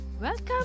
Welcome